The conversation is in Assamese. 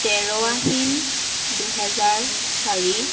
তেৰ আহিন দুহেজাৰ চাৰি